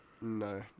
No